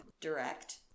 Direct